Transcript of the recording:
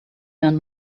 men